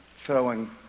throwing